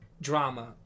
drama